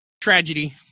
tragedy